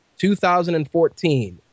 2014